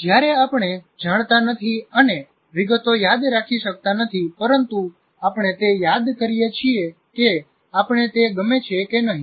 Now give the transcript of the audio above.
જ્યારે આપણે જાણતા નથી અને વિગતો યાદ રાખી શકતા નથી પરંતુ આપણે તે યાદ કરીએ છીએ કે આપણે તે ગમે છે કે નહીં